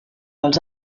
els